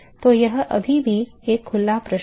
तो यह अभी भी एक खुला प्रश्न है